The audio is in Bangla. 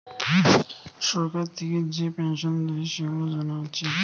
সরকার থিকে যে পেনসন দেয়, সেগুলা জানা আছে